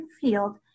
field